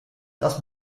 das